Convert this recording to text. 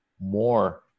more